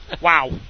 Wow